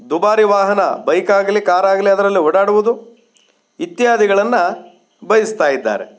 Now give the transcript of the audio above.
ದುಬಾರಿ ವಾಹನ ಬೈಕಾಗಲಿ ಕಾರಾಗಲಿ ಅದರಲ್ಲಿ ಓಡಾಡುವುದು ಇತ್ಯಾದಿಗಳನ್ನು ಬಯಸ್ತಾ ಇದ್ದಾರೆ